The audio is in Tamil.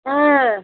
ஆ